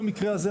במקרה הזה,